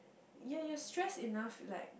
ya you're stress enough like